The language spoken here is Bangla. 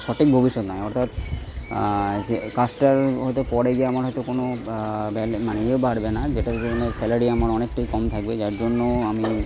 সঠিক ভবিষ্যৎ নাই অর্থাৎ যে কাজটার হয়তো পরে গিয়ে আমার হয়তো কোনো ব্যা ব্যা মমানে ইয়ে বাড়বে না যেটার জন্য স্যালারি আমার অনেকটাই কম থাকবে যার জন্য আমি